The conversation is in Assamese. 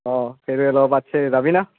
অঁ যাবি না